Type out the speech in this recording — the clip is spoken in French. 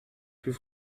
plus